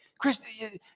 Chris